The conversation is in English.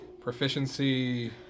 Proficiency